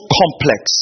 complex